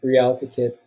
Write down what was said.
RealityKit